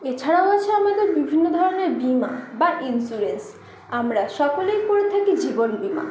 এছাড়াও আছে আমাদের বিভিন্ন ধরনের বীমা বা ইন্সুরেন্স আমরা সকলেই করে থাকি জীবন বীমা